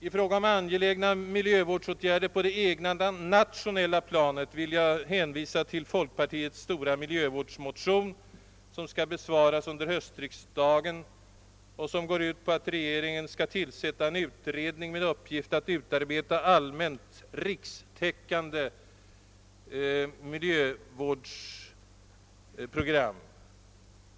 I fråga om angelägna miljövårdsåtgärder på det egna nationella planet vill jag hänvisa till folkpartiets stora miljövårdsmotion, som skall besvaras under höstriksdagen och som går ut på att regeringen skall tillsätta en utredning med uppgift att utarbeta ett allmänt, rikstäckande miljövårdsprogram.